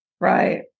Right